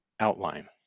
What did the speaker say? outline